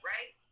Right